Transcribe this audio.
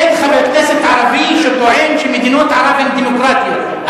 אין חבר כנסת ערבי שטוען שמדינות ערב הן דמוקרטיות,